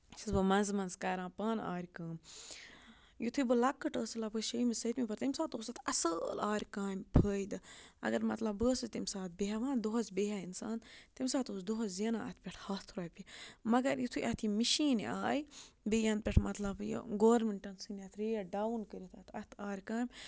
یہِ چھَس بہٕ مَنٛزٕ مَنٛزٕ کَران پانہٕ آرِ کٲم یُتھُے بہٕ لۄکٕٹ ٲسٕس لگ بگ شیٚیِمہِ سٔتِمہِ پَتہٕ تمہِ ساتہٕ اوس اتھ اصٕل آرِ کامہِ فٲیدٕ اگر مطلب بہٕ ٲسٕس تمہِ ساتہٕ بیٚہوان دۄہَس بیٚیہِ ہا اِنسان تمہِ ساتہٕ اوس دۄہس زینان اَتھ پٮ۪ٹھ ہَتھ رۄپیہِ مَگر یُتھُے اتھ یہِ مِشیٖن آیہِ بیٚیہِ یَنہٕ پٮ۪ٹھ مطلَب یہِ گورمٮ۪نٛٹَن ژھٕنۍ اَتھ ریٹ ڈاوُن کٔرِتھ اتھ اتھ آرِ کامہِ